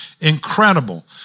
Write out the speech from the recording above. incredible